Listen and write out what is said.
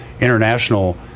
international